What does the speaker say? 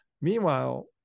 meanwhile